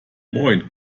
moin